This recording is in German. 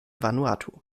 vanuatu